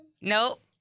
Nope